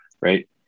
Right